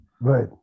Right